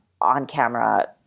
on-camera